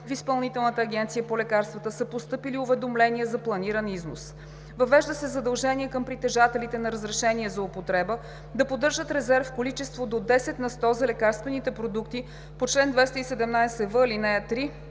в Изпълнителната агенция по лекарствата са постъпили уведомления за планиран износ. Въвежда се задължение към притежателите на разрешение за употреба да поддържат резерв, в количества до 10 на сто за лекарствените продукти по чл. 217в, ал. 3,